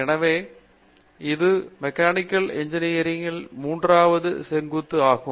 எனவே இது mechanical engineering கில் மூன்றாவது செங்குத்து ஆகும்